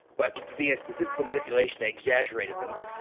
but the statistical manipulation, they exaggerated them,